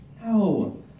No